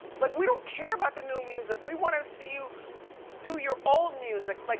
like we don't care about the new music. we wanna see you do your old music. like